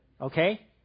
okay